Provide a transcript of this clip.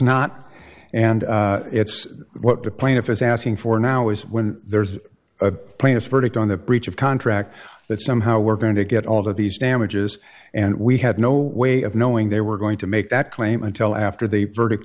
not and it's what the plaintiff is asking for now is when there's a plaintiff's verdict on a breach of contract that somehow we're going to get all of these damages and we had no way of knowing they were going to make that claim until after the verdict